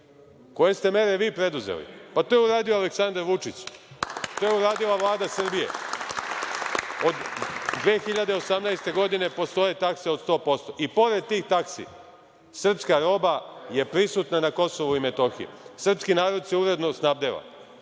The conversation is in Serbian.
Koje ste mere vi preduzeli? To je uradio Aleksandar Vučić, to je uradila Vlada Srbije. Od 2018. godine postoje takse od 100% i pored tih taksi srpska roba je prisutna na KiM. Srpski narod se uredno snabdeva.